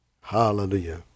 Hallelujah